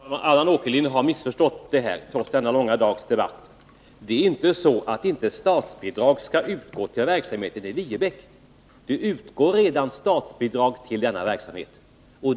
Fru talman! Allan Åkerlind har missförstått detta trots dagens långa debatt. Det är inte så, att inte statsbidrag skall utgå till verksamheten i Viebäck. Det utgår redan statsbidrag till denna verksamhet.